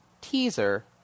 teaser